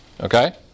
okay